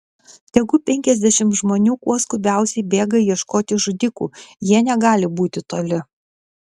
tegu penkiasdešimt žmonių kuo skubiausiai bėga ieškoti žudikų jie negali būti toli